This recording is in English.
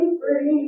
free